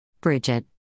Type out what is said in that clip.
Bridget